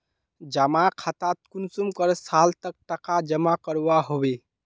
जमा खातात कुंसम करे साल तक टका जमा करवा होबे?